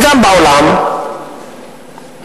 וגם בעולם,